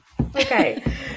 okay